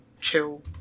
chill